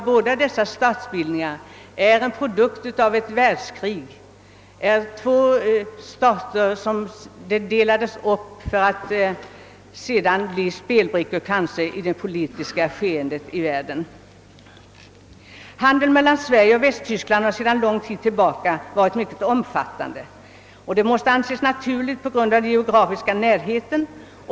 Båda dessa statsbildningar är en produkt av ett världskrig, efter vilket Tyskland delades upp i två stater som sedan blivit brickor i det politiska spelet i världen. land är sedan lång tid mycket omfattande, vilket måste anses naturligt på grund av den geografiska närheten.